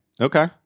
okay